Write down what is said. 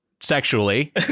sexually